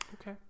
Okay